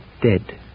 dead